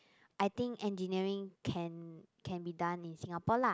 I think engineering can can be done in Singapore lah